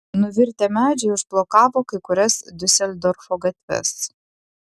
nuvirtę medžiai užblokavo kai kurias diuseldorfo gatves